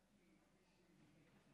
14 תומכים, אין מתנגדים ואין